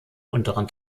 unteren